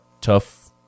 tough